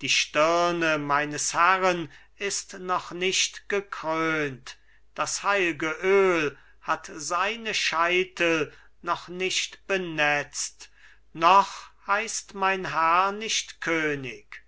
die stirne meines herren ist noch nicht gekrönt das heilge öl hat seine scheitel noch nicht benetzt noch heißt mein herr nicht könig